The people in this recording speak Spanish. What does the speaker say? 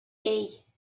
hey